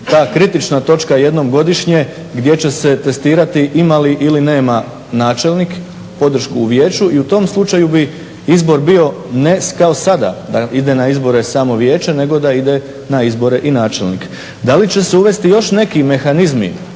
Da li će se uvesti još neki mehanizmi